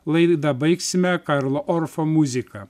laidą baigsime karlo orfo muzika